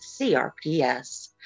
CRPS